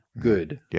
good